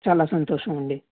చాలా సంతోషమండి